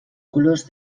colors